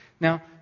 Now